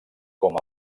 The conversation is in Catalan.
com